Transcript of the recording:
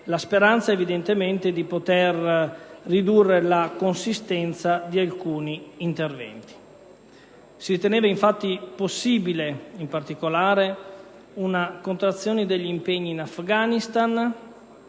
la speranza di poter ridurre la consistenza di alcuni interventi. Si ritenevano infatti possibili in particolare una contrazione degli impegni in Afghanistan,